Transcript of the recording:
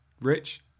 Rich